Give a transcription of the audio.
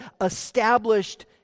established